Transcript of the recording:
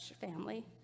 family